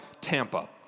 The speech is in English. Tampa